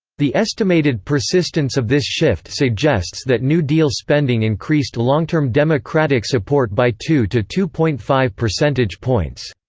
the estimated persistence of this shift suggests that new deal spending increased long-term democratic support by two to two point five percentage points.